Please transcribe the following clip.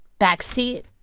backseat